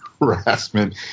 harassment